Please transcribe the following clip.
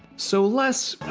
so less.